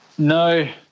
No